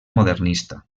modernista